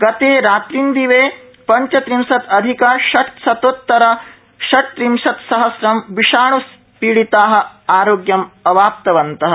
गते रात्रिंदिवे पंचत्रिंशदधिक षट्शतोतर षट्रत्रिंशत्सहस्रं विषाण्पीडिता आरोग्यम् अवाप्तवन्तः